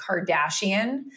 Kardashian